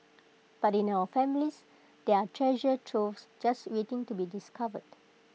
but in our families there are treasure troves just waiting to be discovered